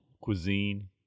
cuisine